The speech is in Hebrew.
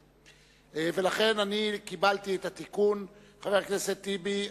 לכן קיבלתי את התיקון, חבר הכנסת טיבי.